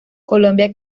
colombia